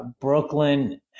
Brooklyn